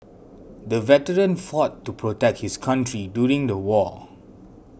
the veteran fought to protect his country during the war